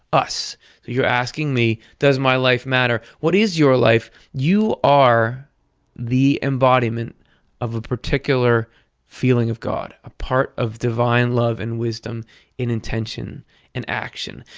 us. so you're asking me, does my life matter? what is your life? you are the embodiment of a particular feeling of god, a part of divine love and wisdom in intention and action.